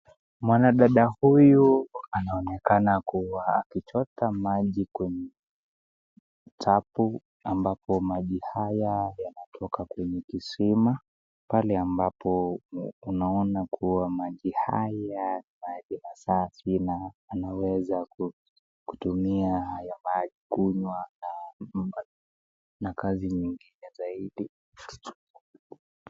Mwanadada huyu anaonekana kuwa akichota maji kwenye tapu ambapo maji haya yanatoka kwenye kisima pale ambapo unaona kuwa maji haya ni maji masafi na anaweza kutumia haya maji kunywa na kazi nyingine zaidi.